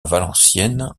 valenciennes